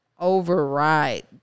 override